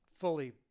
fully